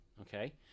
Okay